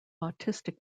autistic